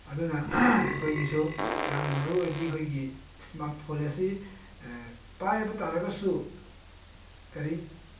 ꯑꯗꯨꯅ ꯑꯩꯈꯣꯏꯒꯤꯁꯨ ꯌꯥꯝꯅ ꯃꯔꯨꯑꯣꯏꯔꯤꯗꯤ ꯑꯩꯈꯣꯏꯒꯤ ꯏꯁꯃꯥꯠ ꯐꯣꯟ ꯑꯁꯤ ꯄꯥꯏꯕ ꯇꯥꯔꯒꯁꯨ ꯀꯔꯤ